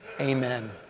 amen